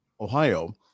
Ohio